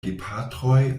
gepatroj